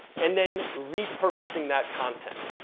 and then repurposing that content.